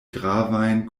gravajn